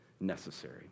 necessary